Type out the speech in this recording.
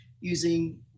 using